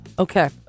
Okay